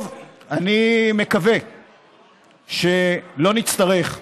טוב, אני מקווה שלא נצטרך,